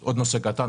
ועוד נושא קטן,